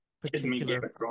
particular